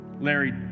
Larry